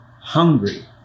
hungry